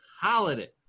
holiday